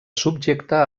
subjecte